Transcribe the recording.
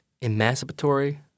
emancipatory